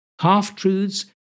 half-truths